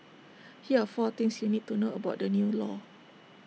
here are four things you need to know about the new law